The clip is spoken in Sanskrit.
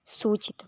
सूचितम्